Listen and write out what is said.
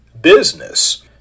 business